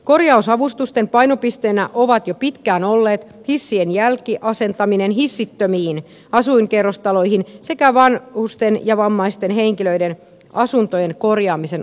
korjausavustusten painopisteenä ovat jo pitkään olleet hissien jälkiasentaminen hissittömiin asuinkerrostaloihin sekä vanhusten ja vammaisten henkilöiden asuntojen korjaamisen avustaminen